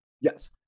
Yes